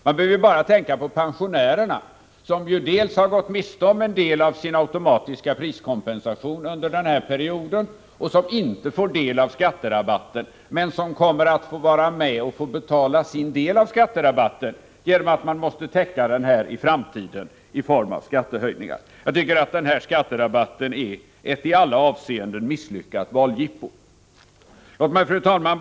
Man behöver bara tänka på pensionärerna, som ju dels har gått miste om en del av sin automatiska priskompensation under denna period, dels inte får del av skatterabatten men däremot kommer att få vara med och betala sin del av den i form av skattehöjningar i framtiden. Jag tycker att skatterabatten är ett i alla avseenden misslyckat valjippo. Fru talman!